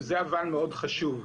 וזה אבל מאוד חשוב,